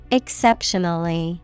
exceptionally